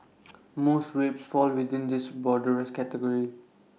most rapes fall within this broader rest category